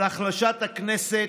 על החלשת הכנסת,